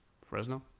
Fresno